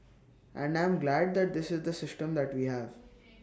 and I'm glad that this is the system that we have